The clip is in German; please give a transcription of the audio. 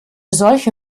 solche